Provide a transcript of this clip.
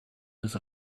with